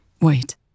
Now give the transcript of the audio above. Wait